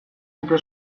dute